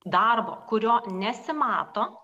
darbo kurio nesimato